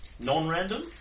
Non-random